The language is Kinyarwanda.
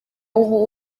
ubu